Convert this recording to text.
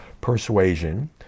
persuasion